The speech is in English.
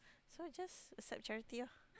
so just accept charity ya